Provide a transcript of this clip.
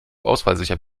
ausfallsicher